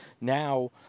now